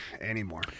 anymore